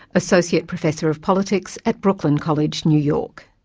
associate professor of politics at brooklyn college new york.